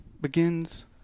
begins